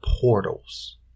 portals